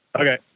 Okay